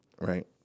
right